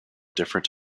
different